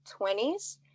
20s